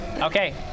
Okay